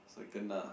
so he kena